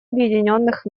объединенных